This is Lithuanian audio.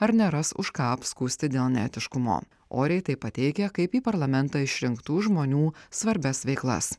ar neras už ką apskųsti dėl neetiškumo oriai tai pateikia kaip į parlamentą išrinktų žmonių svarbias veiklas